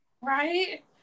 right